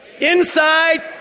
inside